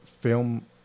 film